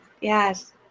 Yes